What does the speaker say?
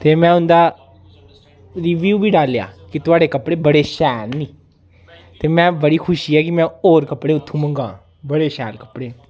ते में उं'दा रिव्यू बी डालेआ कि थुआढ़े कपड़े बड़े शैल ते में बड़ी खुशी ऐ कि में होर कपड़े उत्थुं मंगां बड़े शैल कपड़े